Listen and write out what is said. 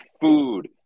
food